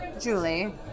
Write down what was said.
Julie